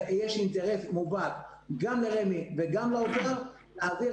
ויש אינטרס מובהק גם לרמ"י וגם לאוצר להעביר